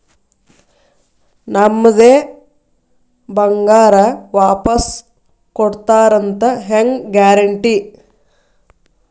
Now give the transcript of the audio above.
ನಮ್ಮದೇ ಬಂಗಾರ ವಾಪಸ್ ಕೊಡ್ತಾರಂತ ಹೆಂಗ್ ಗ್ಯಾರಂಟಿ?